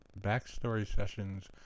BackstorySessions